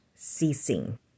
ceasing